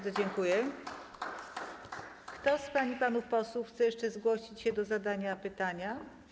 Czy ktoś z pań i panów posłów chce jeszcze zgłosić się do zadania pytania?